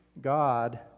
God